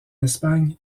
espagne